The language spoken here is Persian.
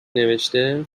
نوشته